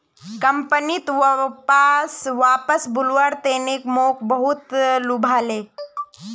कंपनीत वापस बुलव्वार तने मोक बहुत लुभाले